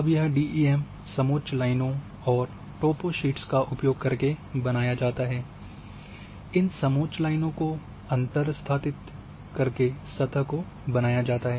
अब यह डीईएम समोच्च लाइनों और टोपोशीट्स का उपयोग करके बनाया जाता है इन समोच्च लाइनों को अंतरास्थित करके सतह को बनाया जाता है